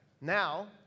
Now